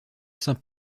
saint